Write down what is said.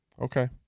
Okay